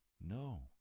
No